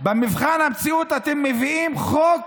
במבחן המציאות אתם מביאים חוק